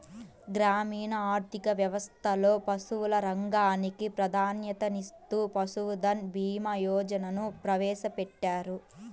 గ్రామీణ ఆర్థిక వ్యవస్థలో పశువుల రంగానికి ప్రాధాన్యతనిస్తూ పశుధన్ భీమా యోజనను ప్రవేశపెట్టారు